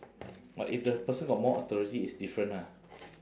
but if the person got more authority it's different ah